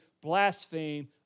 blaspheme